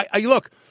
look